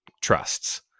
trusts